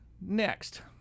Next